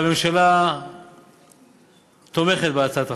הממשלה תומכת בהצעת החוק,